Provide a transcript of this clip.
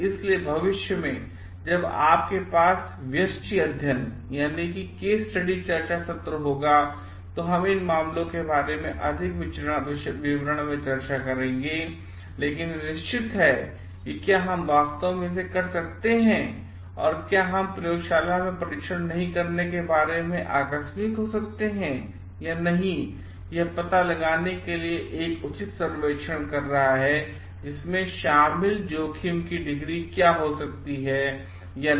इसलिए भविष्य में जब हमारे पास व्यस्टि अध्ययन चर्चा सत्र होगा हम इन मामलों के बारे में अधिक विवरण में चर्चा करेंगे लेकिन ये निश्चित हैं कि क्या हम वास्तव में इसे कर सकते हैं और क्या हम प्रयोगशाला परीक्षण नहीं करने के बारे में आकस्मिक हो सकते हैं या नहीं यह पता लगाने के लिए एक उचित सर्वेक्षण कर रहा है कि इसमें शामिल जोखिम की डिग्री क्या हो सकती है या नहीं